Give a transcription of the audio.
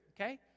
okay